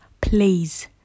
please